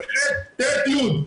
ח' ט' י''.